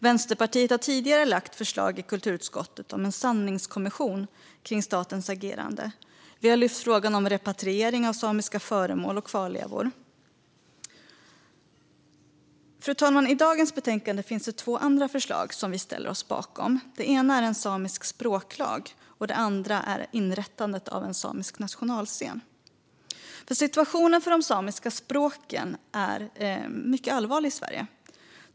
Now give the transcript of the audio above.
Vänsterpartiet har tidigare lagt förslag i kulturutskottet om en sanningskommission kring statens agerande. Vi har även lyft frågan om repatriering av samiska föremål och kvarlevor. Fru talman! I dagens betänkande finns det två andra förslag som vi ställer oss bakom. Det ena är en samisk språklag, och det andra är inrättandet av en samisk nationalscen. Situationen för de samiska språken i Sverige är mycket allvarlig.